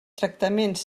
tractaments